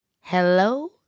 hello